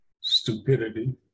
stupidity